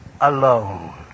alone